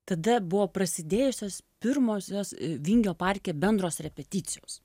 tada buvo prasidėjusios pirmosios vingio parke bendros repeticijos